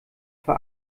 für